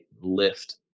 lift